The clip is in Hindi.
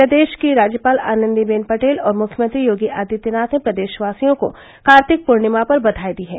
प्रदेश की राज्यपाल आनन्दीवेन पटेल और मुख्यमंत्री योगी आदित्यनाथ ने प्रदेशवासियों को कार्तिक पूर्णिमा पर बघाई दी है